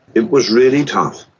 it was really tough.